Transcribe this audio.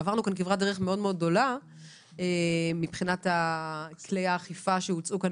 עברנו כאן כברת דרך מאוד מאוד גדולה מבחינת כלי האכיפה שהוצעו כאן